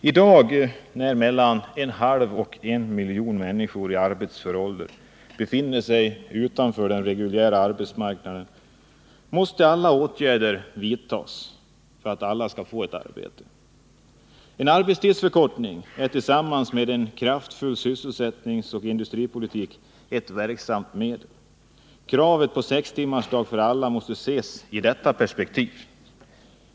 I dag, när mellan en halv och en miljon människor i arbetsför ålder befinner sig utanför den reguljära arbetsmarknaden, måste alla åtgärder vidtas för att alla skall få ett arbete. En arbetstidsförkortning är tillsammans med en kraftfull sysselsättningsoch industripolitik ett verksamt medel. Kravet på sextimmarsdag måste ses i detta perspektiv.